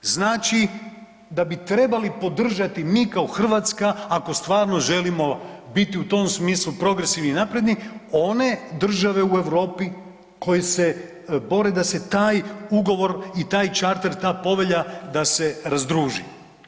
Znači da bi trebali podržati mi kao Hrvatska ako stvarno želimo biti u tom smislu progresivni i napredni one države u Europi koje se bore da se taj ugovor i taj charter i ta povelja da se razdruži.